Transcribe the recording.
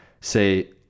say